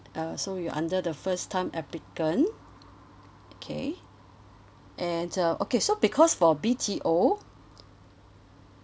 uh so you under the first time applicant okay and uh okay so because for B_T_O